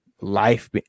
Life